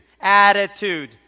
Attitude